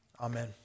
Amen